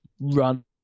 run